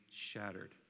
shattered